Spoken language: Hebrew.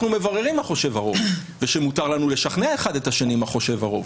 מבררים מה חושב הרוב ושמותר לנו לשכנע אחד את השני מה חושב הרוב.